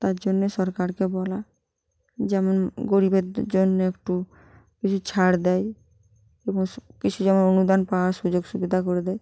তার জন্যই সরকারকে বলা যেমন গরিবের জন্য একটু কিছু ছাড় দেয় এবং সব কিছু যেমন অনুদান পাওয়ার সুযোগ সুবিধা করে দেয়